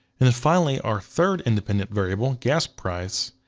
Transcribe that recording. and then finally, our third independent variable, gas price,